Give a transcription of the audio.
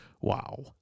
Wow